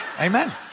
Amen